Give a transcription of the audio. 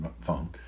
phone